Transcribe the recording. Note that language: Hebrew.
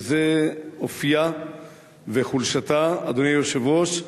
וזה אופיה וחולשתה, אדוני היושב-ראש,